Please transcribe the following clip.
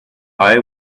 eye